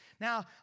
Now